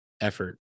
effort